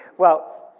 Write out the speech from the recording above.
well,